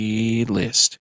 list